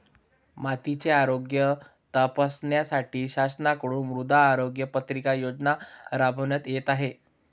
मातीचे आरोग्य तपासण्यासाठी शासनाकडून मृदा आरोग्य पत्रिका योजना राबविण्यात येत आहे